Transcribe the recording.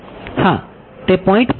હા તે પોઈન્ટ પર હશે